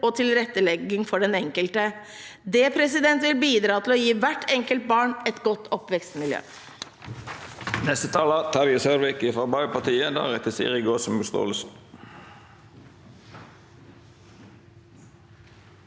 og tilrettelegging for den enkelte. Det vil bidra til å gi hvert enkelt barn et godt oppvekstmiljø.